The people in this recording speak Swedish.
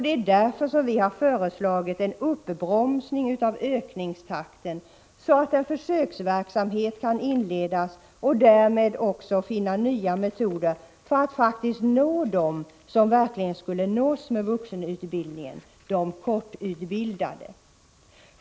Det är därför vi har föreslagit en uppbromsning av ökningstakten så att en försöksverksamhet kan inledas och vi därmed kan finna nya metoder för att verkligen nå dem som skulle nås med vuxenutbildningen: de kortutbildade.